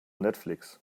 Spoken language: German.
netflix